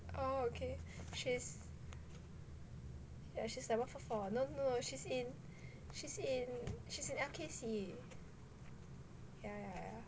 oh okay she's yeah she's like one four four no no she's in she's in she's in L_K_C yeah